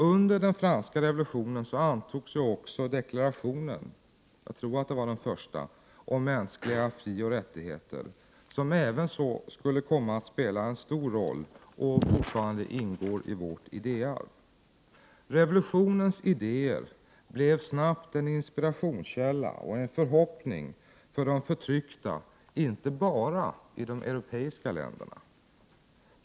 Under den franska revolutionen antogs också deklarationen — jag tror att det var den första — om mänskliga frioch rättigheter, som även skulle komma att spela en stor roll och som fortfarande ingår i vårt idéarv. Revolutionens idéer blev snabbt en inspirationskälla och en förhoppning för de förtryckta, inte bara i de europeiska länderna.